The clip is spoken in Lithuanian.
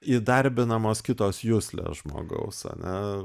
įdarbinamos kitos juslės žmogaus ane